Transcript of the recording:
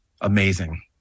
amazing